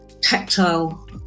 tactile